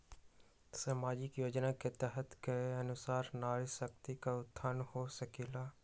सामाजिक योजना के तहत के अनुशार नारी शकति का उत्थान हो सकील?